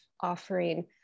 offering